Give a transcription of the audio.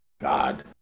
God